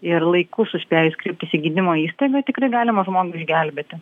ir laiku suspėjus kreiptis į gydymo įstaigą tikrai galima žmogų išgelbėti